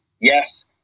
Yes